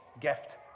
gift